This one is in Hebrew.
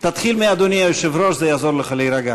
תשלח לנו מישהו, תשלחי את החברים שלך מ"שוברים